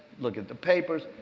look at the papers.